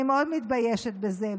אני מאוד מתביישת בזה.